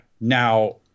Now